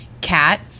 cat